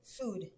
food